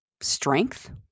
strength